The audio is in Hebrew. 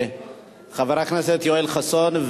חבר הכנסת יואל חסון,